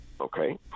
okay